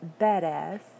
Badass